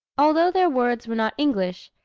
although their words were not english,